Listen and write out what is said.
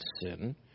sin